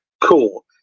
Cool